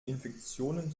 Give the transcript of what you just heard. infektionen